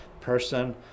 person